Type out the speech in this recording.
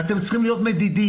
אתם צריכים להיות מדידים